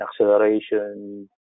acceleration